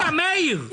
רגע, מאיר.